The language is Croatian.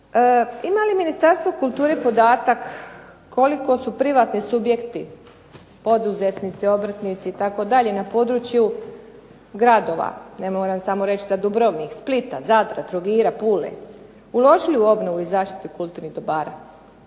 Ima li Ministarstvo kulture podatak koliko su privatni subjekti, poduzetnici, obrtnici itd. na području gradova, ne moram samo reći sad Dubrovnik, Splita, Zadra, Trogira, Pule, uložili u obnovu i zaštitu kulturnih dobara.